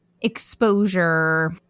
exposure